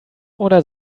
oder